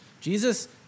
Jesus